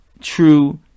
true